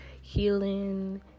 healing